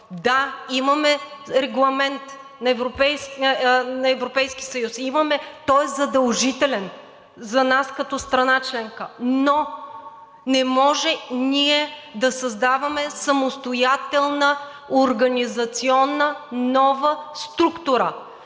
Да, имаме Регламент на Европейския съюз. Той е задължителен за нас като страна членка, но не може ние да създаваме самостоятелна, организационна, нова структура!